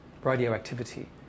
radioactivity